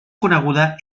coneguda